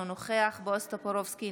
אינו נוכח בועז טופורובסקי,